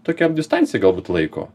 tokią distanciją galbūt laiko